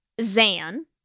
Zan